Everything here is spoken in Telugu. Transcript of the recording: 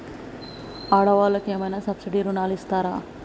ఆడ వాళ్ళకు ఏమైనా సబ్సిడీ రుణాలు ఇస్తారా?